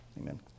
Amen